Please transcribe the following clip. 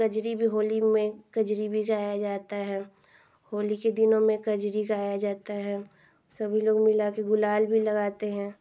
कजरी भी होली में कजरी भी गाया जाता है होली के दिनों में कजरी गाया जाता है सभी लोग मिला के गुलाल भी लगाते हैं